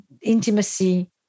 intimacy